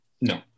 No